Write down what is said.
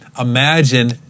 Imagine